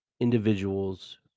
individuals